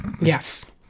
Yes